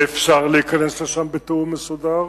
ואפשר להיכנס לשם בתיאום מסודר,